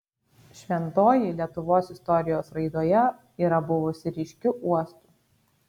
šventoji lietuvos istorijos raidoje yra buvusi ryškiu uostu